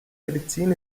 medizin